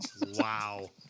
Wow